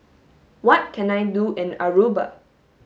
what can I do in Aruba